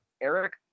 Eric